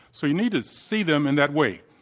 so you need to see them in that way.